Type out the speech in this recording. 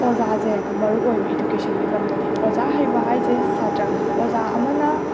ꯑꯣꯖꯥꯁꯦ ꯃꯔꯨꯑꯣꯏꯕ ꯏꯗꯨꯀꯦꯁꯟꯒꯤ ꯂꯝꯗꯗꯤ ꯑꯣꯖꯥ ꯍꯩꯕ ꯍꯥꯏꯁꯦ ꯁꯥꯇ꯭ꯔꯥ ꯑꯣꯖꯥ ꯑꯃꯅ